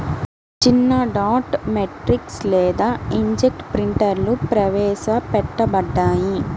చిన్నడాట్ మ్యాట్రిక్స్ లేదా ఇంక్జెట్ ప్రింటర్లుప్రవేశపెట్టబడ్డాయి